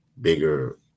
bigger